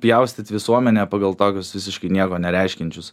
pjaustyt visuomenę pagal tokius visiškai nieko nereiškiančius